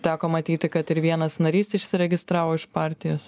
teko matyti kad ir vienas narys išsiregistravo iš partijos